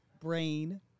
brain